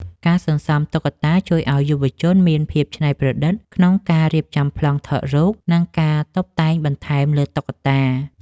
ការសន្សំតុក្កតាជួយឱ្យយុវជនមានភាពច្នៃប្រឌិតក្នុងការរៀបចំប្លង់ថតរូប និងការតុបតែងបន្ថែមលើតុក្កតា។